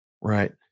Right